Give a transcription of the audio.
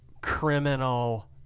criminal